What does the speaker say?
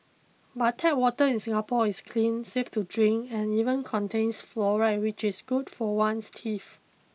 but tap water in Singapore is clean safe to drink and even contains fluoride which is good for one's teeth